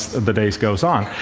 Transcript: the the day goes on.